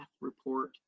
report